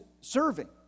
serving